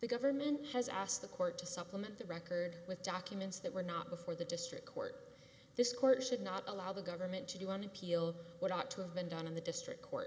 the government has asked the court to supplement the record with documents that were not before the district court this court should not allow the government to do on appeal what ought to have been done in the district court